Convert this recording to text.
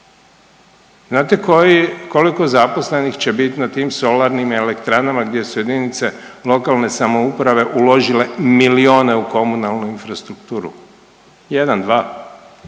koji, koliko zaposlenih će biti na tim solarnim elektranama gdje su jedinice lokalne samouprave uložile milione u komunalnu infrastrukturu? Jedan, dva,